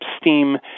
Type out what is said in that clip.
steam